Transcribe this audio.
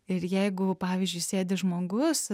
ir jeigu pavyzdžiui sėdi žmogus